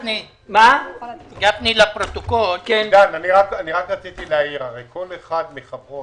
רציתי להעיר כל אחד מחברות